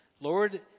Lord